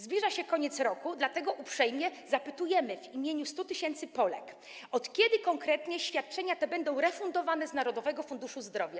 Zbliża się koniec roku, dlatego uprzejmie zapytujemy w imieniu 100 tys. Polek, od kiedy konkretnie świadczenia te będą refundowane z Narodowego Funduszu Zdrowia.